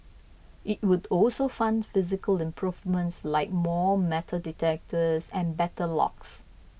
it would also fund physical improvements like more metal detectors and better locks